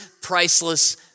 priceless